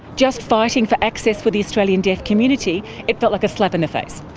just fighting for access for the australian deaf community it felt like a slap in the face.